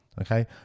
okay